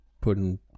putting